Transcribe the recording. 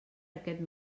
aquest